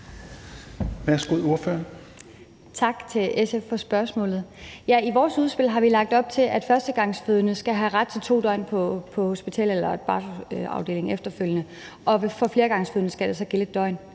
(V): Tak til SF for spørgsmålet. Ja, i vores udspil har vi lagt op til, at førstegangsfødende skal have ret til to døgn på hospitalets barselsafdeling efterfølgende, og for flergangsfødende skal det så være et døgn.